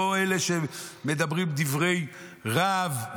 לא אלה שמדברים דברי רהב,